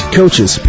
coaches